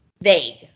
vague